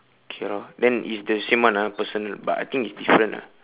okay lor then it's the same one ah personal but I think it's different ah